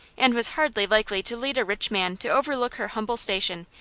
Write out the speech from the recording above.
and was hardly likely to lead a rich man to overlook her humble station,